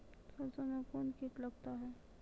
सरसों मे कौन कीट लगता हैं?